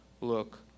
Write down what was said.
look